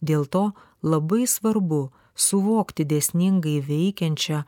dėl to labai svarbu suvokti dėsningai veikiančią